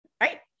right